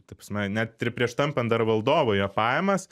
ta prasme net ir prieš tampant dar valdovui jo pajamas